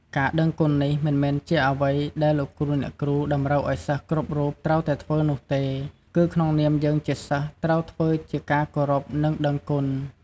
ការដឹងគុណនេះមិនមែនជាអ្វីដែលលោកគ្រូអ្នកគ្រូតម្រូវឱ្យសិស្សគ្រប់ត្រូវតែធ្វើនោះទេ គឺក្នុងនាមយើងជាសិស្សត្រូវធ្វើជាការគោរពនិងដឹងគុណ។